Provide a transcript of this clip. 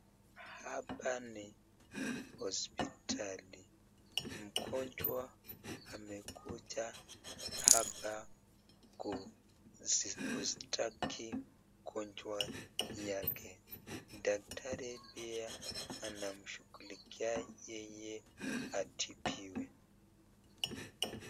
Hapa ni hospitali mgonjwa amekuja hapa kueleza ugonjwa yake, daktari pia anamshukulikia yeye atibiwe.